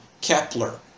Kepler